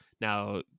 Now